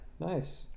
nice